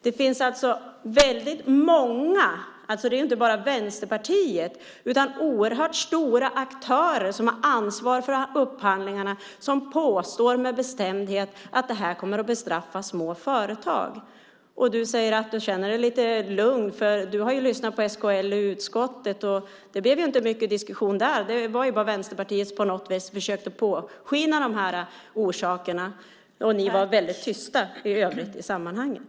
Det är alltså inte bara Vänsterpartiet, utan det finns många oerhört stora aktörer som har ansvar för upphandlingar som med bestämdhet påstår att det här kommer att bestraffa små företag. Du säger att du känner dig lugn därför att du har lyssnat på SKL i utskottet. Det blev inte mycket diskussion där. Det var bara Vänsterpartiet som försökte påskina orsakerna. Ni var väldigt tysta i övrigt i sammanhanget.